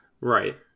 Right